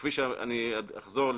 אחזור,